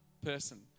person